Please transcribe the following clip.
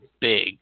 big